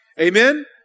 amen